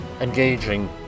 engaging